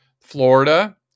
Florida